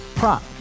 Prop